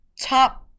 top